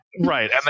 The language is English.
Right